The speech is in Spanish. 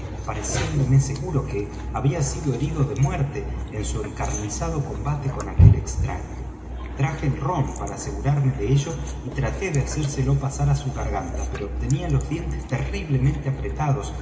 capitán pareciéndome seguro que había sido herido de muerte en su encarnizado combate con aquel extraño traje el rom para asegurarme de ello y traté de hacerlo pasar á su garganta pero tenía los dientes terriblemente apretados